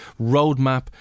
roadmap